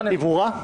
היא ברורה?